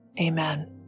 amen